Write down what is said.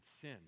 sin